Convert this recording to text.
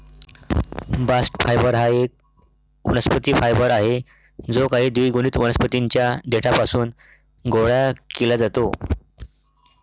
bast fibre हा एक वनस्पती फायबर आहे जो काही द्विगुणित वनस्पतीं च्या देठापासून गोळा केला जातो